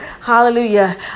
hallelujah